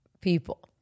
people